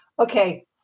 Okay